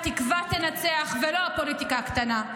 התקווה תנצח ולא הפוליטיקה הקטנה.